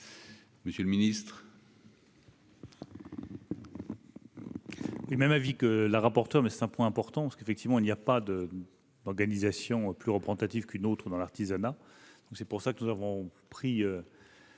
Monsieur le ministre,